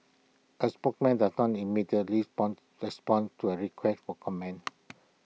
A spokesman did not immediately respond respond to A request for comments